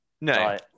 No